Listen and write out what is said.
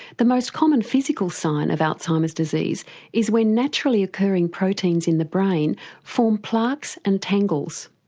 the most common physical sign of alzheimer's disease is when naturally occurring proteins in the brain form plaques and tangles.